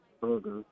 burger